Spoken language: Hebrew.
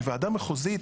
מוועדה מחוזית,